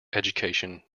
education